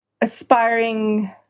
aspiring